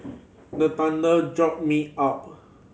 the thunder jolt me up